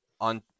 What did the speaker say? on